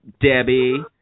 Debbie